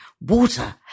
water